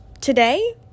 today